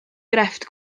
grefft